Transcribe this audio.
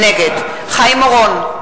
נגד חיים אורון,